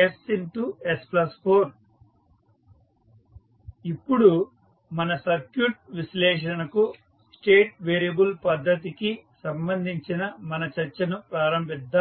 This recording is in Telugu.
3 s1 ss4 ఇప్పుడు మన సర్క్యూట్ విశ్లేషణకు స్టేట్ వేరియబుల్ పద్ధతికి సంబంధించిన మన చర్చను ప్రారంభిద్దాం